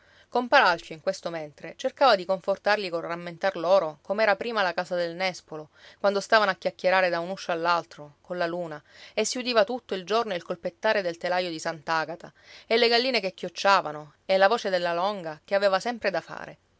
compar alfio in questo mentre cercava di confortarli col rammentar loro com'era prima la casa del nespolo quando stavano a chiacchierare da un uscio all'altro colla luna e si udiva tutto il giorno il colpettare del telaio di sant'agata e le galline che chiocciavano e la voce della longa che aveva sempre da fare